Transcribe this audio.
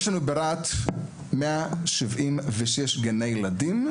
יש לנו ברהט כ-176 גני ילדים,